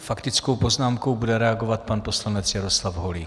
Faktickou poznámkou bude reagovat pan poslanec Jaroslav Holík.